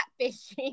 catfishing